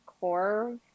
core